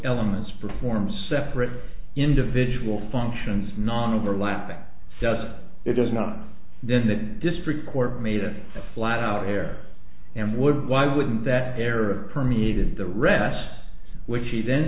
elements performs separate individual functions non overlapping does it does not then that district court made a flat out hair and would why wouldn't that pair permeated the rest which he then